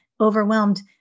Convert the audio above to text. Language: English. overwhelmed